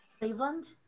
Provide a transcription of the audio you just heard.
Cleveland